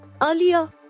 Earlier